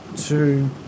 Two